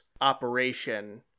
operation